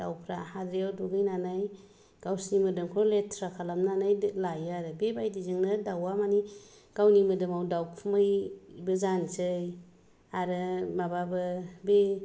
दाउफोरा हाद्रियाव दुगैनानै गावसोरनि मोदोमखौ लेथ्रा खालामनानै लायो आरो बेबायदिजोंनो दाउआ माने गावनि मोदोमाव दाउखुमैबो जानोसै आरो माबाबो बे